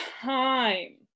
time